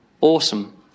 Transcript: Awesome